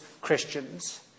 Christians